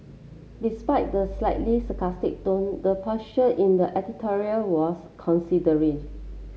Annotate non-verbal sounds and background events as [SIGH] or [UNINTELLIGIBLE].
despite the slightly sarcastic tone the posture in the editorial was [UNINTELLIGIBLE]